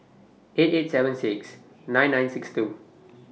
eight eight seven six nine nine six two